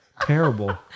Terrible